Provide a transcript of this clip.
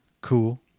Cool